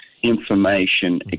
Information